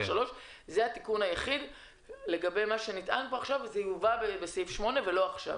3. זה התיקון היחיד שנטען פה עכשיו שיובא בסעיף 8 ולא עכשיו.